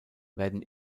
werden